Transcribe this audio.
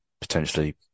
potentially